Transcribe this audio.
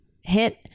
hit